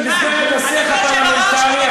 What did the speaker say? במסגרת השיח הפרלמנטרי,